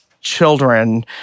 children